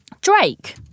Drake